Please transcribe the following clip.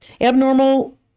Abnormal